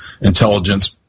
intelligence